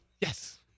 Yes